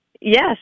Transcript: Yes